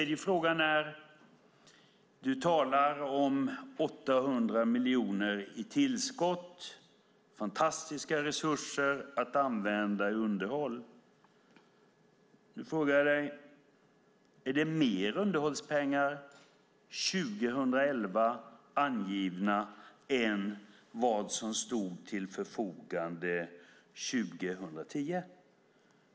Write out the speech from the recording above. Du talar om 800 miljoner i tillskott. Det är fantastiska resurser att använda för underhåll. Min tredje fråga blir då: Är det mer underhållspengar 2011 angivna än vad som stod till förfogande 2010?